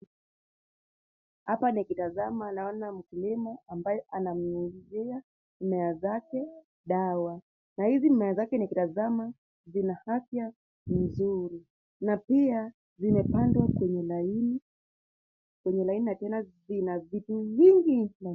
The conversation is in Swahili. Hapa nikitazama naona mkulima ambaye ananyunyuzia mimea zake dawa. Na hizi mimea zake nikitizama zina afya nzuri na pia zimepandwa kwenye laini kwenye laini na tena zina vitu nyingi.